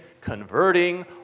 converting